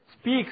speaks